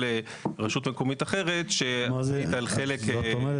רשות מקומית אחרת --- מה זאת אומרת?